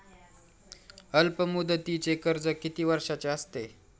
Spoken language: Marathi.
अल्पमुदतीचे कर्ज किती वर्षांचे असते?